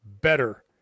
better